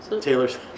Taylor's